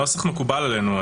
הנוסח מקובל עלינו.